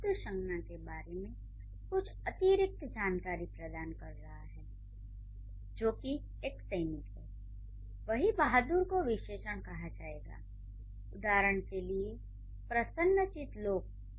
'बहादुर' शब्द संज्ञा के बारे में कुछ अतिरिक्त जानकारी प्रदान कर रहा है जो कि एक 'सैनिक' है वहीं 'बहादुर' को विशेषण कहा जाएगा उदाहरण के लिए 'प्रसन्नचित्त लोग'